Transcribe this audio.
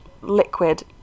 liquid